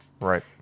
Right